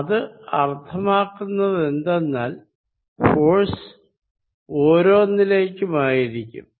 അത് അര്ഥമാക്കുന്നതെന്തെന്നാൽ ഫോഴ്സ് ഓരോന്നിലേക്കുമായിരിക്കും